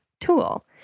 tool